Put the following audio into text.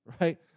right